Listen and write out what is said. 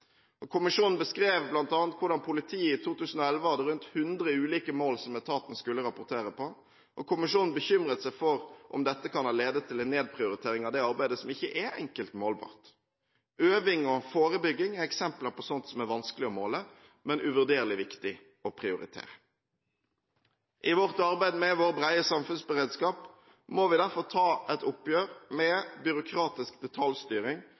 Kommisjonen beskrev bl.a. hvordan politiet i 2011 hadde rundt 100 ulike mål som etaten skulle rapportere på, og kommisjonen er bekymret for om dette kan ha ledet til en nedprioritering av det arbeidet som ikke er enkelt målbart. Øving og forebygging er eksempler på sånt som er vanskelig å måle, men uvurderlig viktig å prioritere. I vårt arbeid med vår brede samfunnsberedskap må vi derfor ta et oppgjør med byråkratisk detaljstyring